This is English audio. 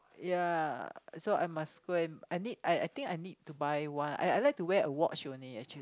ya so I must go and I need I think I need to buy one I I like to watch only actually